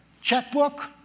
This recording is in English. checkbook